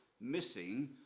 missing